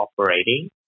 operating